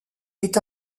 est